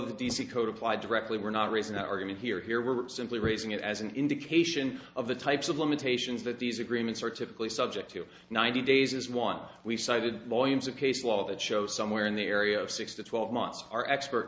the d c code apply directly we're not raising the argument here here simply raising it as an indication of the types of limitations that these agreements are typically subject to ninety days is one we've cited volumes of case law that show somewhere in the area of six to twelve months our expert